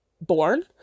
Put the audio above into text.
born